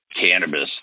cannabis